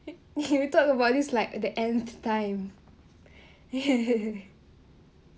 you talk about this like the end time